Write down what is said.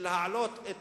הצעת חוק להעלות את